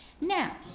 Now